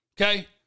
Okay